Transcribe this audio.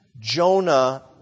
Jonah